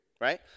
right